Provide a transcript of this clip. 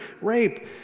rape